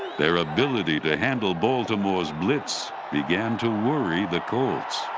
their ability to handle baltimore's blitz began to worry the colts.